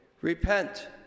Repent